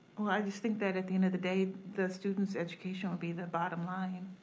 well, i just think that at the end of the day the students' education will be the bottom line.